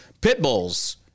Pitbulls